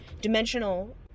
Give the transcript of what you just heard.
dimensional